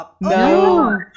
no